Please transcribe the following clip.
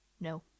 no